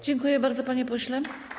Dziękuję bardzo, panie pośle.